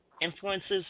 influences